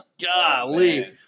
Golly